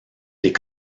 les